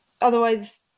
otherwise